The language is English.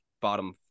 bottom